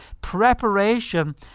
preparation